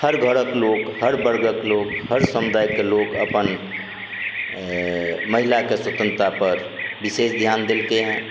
हर घरक लोक हर वर्गक लोक हर समुदायके लोक अपन महिलाके स्वतंत्रता पर विशेष ध्यान देलकै हँ